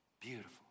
Beautiful